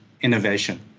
innovation